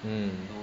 mm